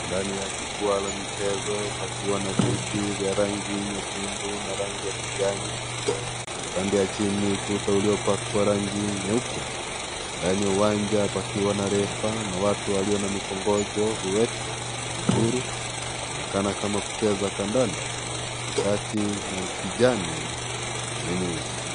Ndani ya chukuaa la michezo pakiwa naviti vya rangi nyekundu na rangi ya kijani na upande wa chini kuta uliopakwa rangi nyeupe ndani ya uwanja pakiwa na refa na watu wanao mikokojo viwete na viguru wanaonekana kama kucheza kandanda na shati ya kijani na nyeusi.